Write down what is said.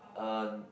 uh